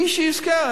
מי שיזכה,